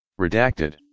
redacted